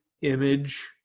image